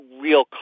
real